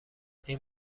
این